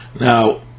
Now